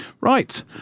Right